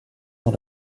dans